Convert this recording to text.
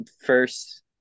first